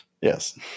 Yes